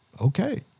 okay